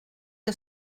que